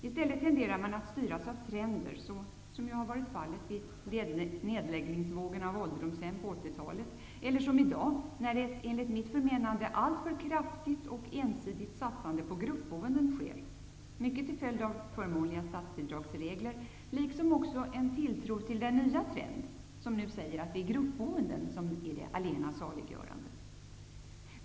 I stället tenderar man att styras av trender, så som har varit fallet vid nedläggningsvågen av ålderdomshem på 80-talet, eller som i dag, när ett enligt mitt förmenande alltför kraftigt och ensidigt satsande på gruppboende sker. Mycket sker till följd av förmånliga statsbidragsregler och en tilltro till den nya trend som säger att gruppboende är det allena saliggörande.